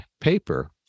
paper